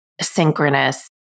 synchronous